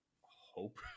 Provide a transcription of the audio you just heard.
hope